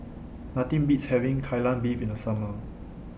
Nothing Beats having Kai Lan Beef in The Summer